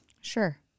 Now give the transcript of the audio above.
Sure